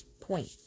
point